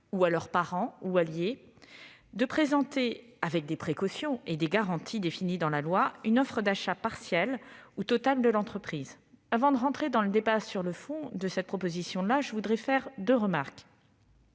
ou à leurs parents ou alliés de présenter, avec des précautions et des garanties définies par la loi, une offre d'achat partiel ou total de l'entreprise. Avant d'en venir au fond de cette proposition de loi, je formulerai deux remarques.